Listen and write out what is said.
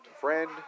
friend